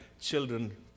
children